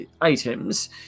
items